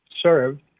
served